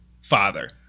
father